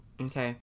Okay